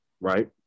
right